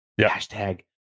Hashtag